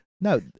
No